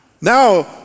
now